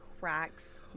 cracks